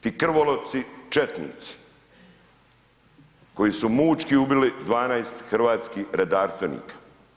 Ti krvoloci, četnici, koji su mučki ubili 12 hrvatskih redarstvenika.